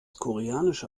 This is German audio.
koreanische